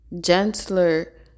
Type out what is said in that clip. gentler